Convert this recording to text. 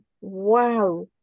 wow